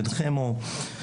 בן חמו,